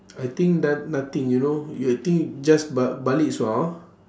I think no~ nothing you know y~ think just ba~ balik sua lor